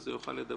הוא יוכל לדבר.